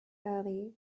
early